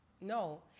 No